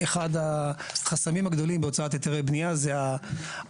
אחד החסמים הגדולים בהוצאת היתרי בנייה זה הזמן